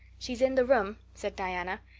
she's in the room, said diana.